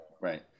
right